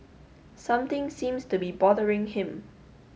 something seems to be bothering him